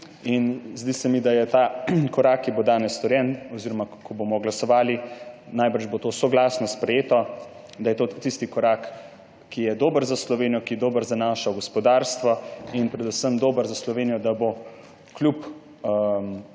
Zdi se mi, da je ta korak, ki bo danes storjen – oziroma ko bomo glasovali, bo to najbrž soglasno sprejeto – da je to tisti korak, ki je dober za Slovenijo, ki je dober za naše gospodarstvo in predvsem dober za Slovenijo, da bo kljub